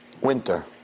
winter